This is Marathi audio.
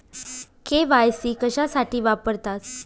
के.वाय.सी कशासाठी वापरतात?